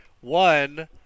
One